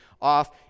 off